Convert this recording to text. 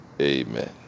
amen